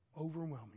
overwhelming